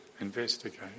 Investigate